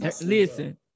Listen